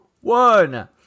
one